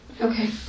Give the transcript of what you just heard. Okay